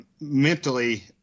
mentally